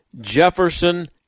Jefferson